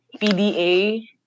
PDA